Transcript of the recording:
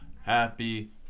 Happy